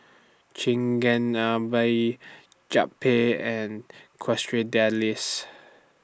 Chigenabe Japchae and Quesadillas